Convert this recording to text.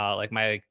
um like my,